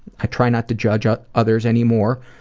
i try not to judge ah others anymore,